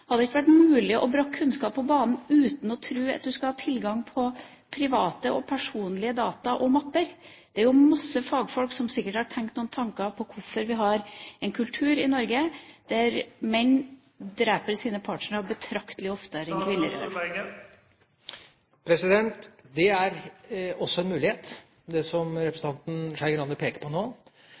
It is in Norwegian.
Hadde det ikke vært mulig å bringe kunnskap på banen, uten å tro at man skal ha tilgang på personlige data og mapper? Det er jo mange fagfolk som sikkert har noen tanker om hvorfor vi har en kultur i Norge der menn dreper sine partnere betraktelig oftere enn i andre land. Det som representanten Skei Grande peker på nå,